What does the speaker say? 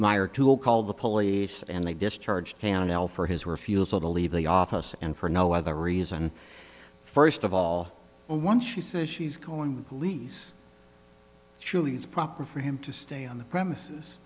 meyer tool called the police and they discharged hananel for his refusal to leave the office and for no other reason first of all when once she says she's going to release surely it's proper for him to stay on the premises